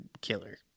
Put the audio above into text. killer